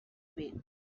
bed